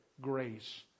Grace